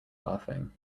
laughing